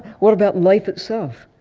what about life itself?